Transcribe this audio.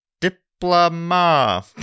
diploma